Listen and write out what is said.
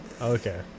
okay